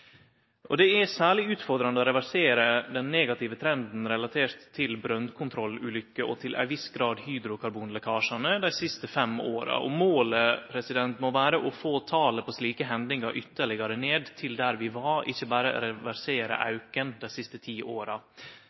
Det er særleg utfordrande å reversere den negative trenden relatert til brønnkontrollulukker og til ein viss grad hydrokarbonlekkasjane dei siste fem åra. Målet må vere å få talet på slike hendingar ytterlegare ned til der vi var, ikkje berre reversere auken dei siste ti åra.